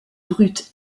brut